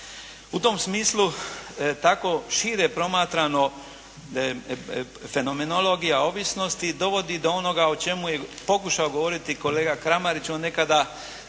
U tom smislu tako šire promatrano fenomenologija ovisnosti dovodi do onoga o čemu je pokušao govoriti kolega Kramarić. On nekada,